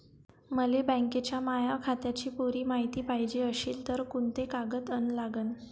मले बँकेच्या माया खात्याची पुरी मायती पायजे अशील तर कुंते कागद अन लागन?